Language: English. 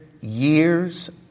years